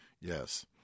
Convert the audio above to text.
Yes